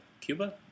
Cuba